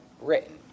written